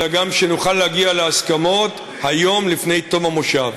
אלא גם שנוכל להגיע להסכמות היום, לפני תום המושב.